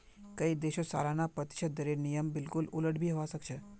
कई देशत सालाना प्रतिशत दरेर नियम बिल्कुल उलट भी हवा सक छे